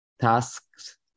tasks